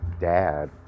dad